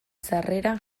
sarreran